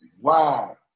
Wow